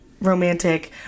romantic